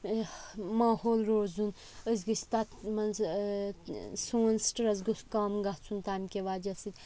ماحول روزُن أسۍ گٔژھۍ تَتھ منٛز سون سٕٹرَس گوٚژھ کَم گژھُن تَمہِ کہِ وجہ سۭتۍ